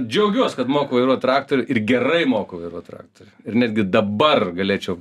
džiaugiuos kad moku vairuot traktorių ir gerai moku vairuot traktorių ir netgi dabar galėčiau